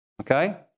Okay